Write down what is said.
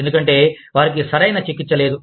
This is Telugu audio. ఎందుకంటే వారికి సరైన చికిత్స లేదు